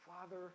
father